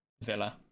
Villa